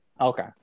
Okay